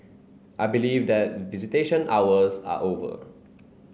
I believe that visitation hours are over